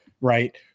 right